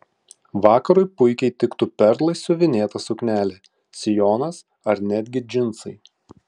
vakarui puikiai tiktų perlais siuvinėta suknelė sijonas ar netgi džinsai